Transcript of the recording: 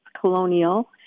Colonial